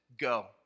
go